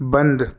بند